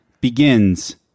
begins